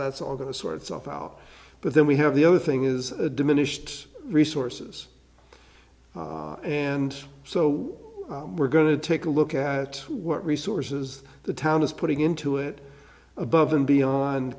that's all going to sort itself out but then we have the other thing is a diminished resources and so we're going to take a look at what resources the town is putting into it above and beyond